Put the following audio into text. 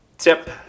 Tip